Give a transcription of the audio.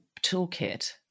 toolkit